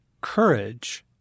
Courage